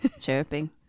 chirping